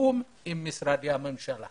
בתיאום עם משרדי הממשלה.